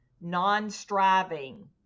non-striving